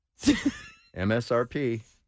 MSRP